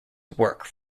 work